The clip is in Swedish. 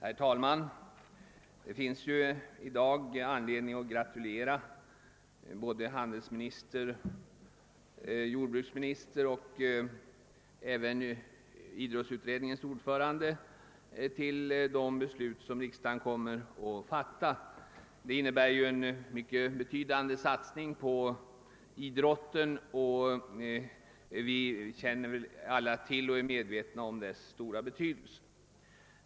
Herr talman! Det finns i dag anledning att gratulera både handelsministern, jordbruksministern och idrottsutredningens ordförande till de beslut som riksdagen kommer att fatta. De innebär en betydande satsning på idrotten, vars stora betydelse vi alla är medvetna om.